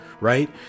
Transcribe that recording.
Right